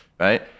Right